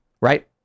right